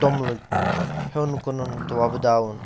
توٚملہٕ ہیوٚن کٕنُن تہٕ وۄبداوُن